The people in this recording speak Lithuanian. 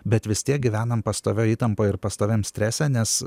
bet vis tiek gyvenam pastovioj įtampoj ir pastoviam strese nes